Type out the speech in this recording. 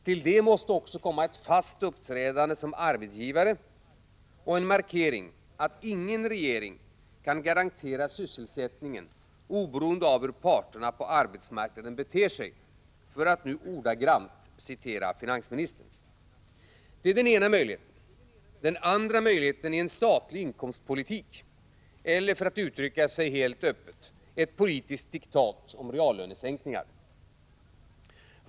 Till detta måste också komma ett fast uppträdande som arbetsgivare och en markering att ”ingen regering kan garantera sysselsättningen oberoende av hur parterna på arbetsmarknaden beter sig”, för att nu ordagrant citera finansministern. Detta är som sagt den ena möjligheten. Den andra möjligheten är en statlig inkomstpolitik eller, för att uttrycka sig helt öppet, ett politiskt diktat om reallönesänkningar.